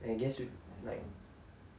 and I guess it's like